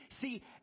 See